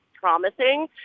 promising